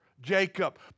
Jacob